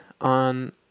on